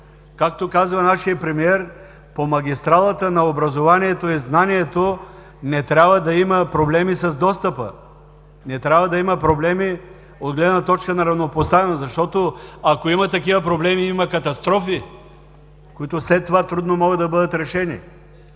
както казва нашият премиер: „По магистралата на образованието и знанието не трябва да има проблеми с достъпа. Не трябва да има проблеми от гледна точка на равнопоставеност, защото, ако има такива проблеми, има катастрофи, които след това трудно могат да бъдат решени“.